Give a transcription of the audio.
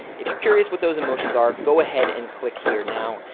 if you're curious what those emotions are, go ahead and click here now.